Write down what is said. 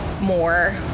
more